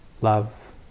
love